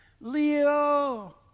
Leo